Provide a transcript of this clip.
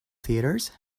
theatres